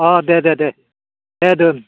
अह दे दे दे दे दोन